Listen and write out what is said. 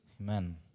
Amen